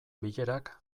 bilerak